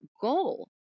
goal